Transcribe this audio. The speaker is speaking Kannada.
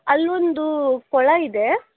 ಅಲ್ಲೊಂದು ಕೊಳ ಇದೆ